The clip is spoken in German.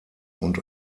und